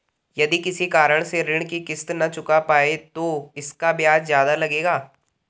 यदि किसी कारण से ऋण की किश्त न चुका पाये तो इसका ब्याज ज़्यादा लगेगा?